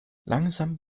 langsam